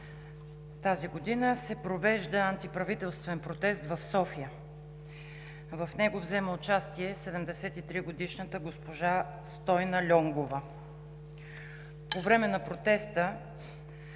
тази година се провежда антиправителствен протест в София. В него взема участие 73 годишната госпожа Стойна Льонгова. По време на протеста